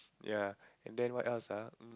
ya and then what else ah um